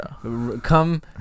come